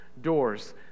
doors